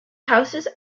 houses